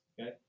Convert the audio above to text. okay